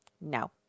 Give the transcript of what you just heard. No